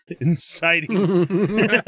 inciting